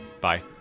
Bye